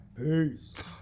Peace